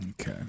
okay